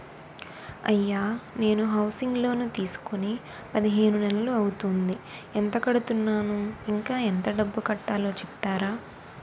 అయ్యా నేను housing loan తీసుకొని పదిహేను నెలలు అవుతోందిఎంత కడుతున్నాను, ఇంకా ఎంత డబ్బు కట్టలో చెప్తారా?